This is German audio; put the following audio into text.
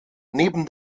neben